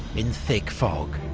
in thick fog.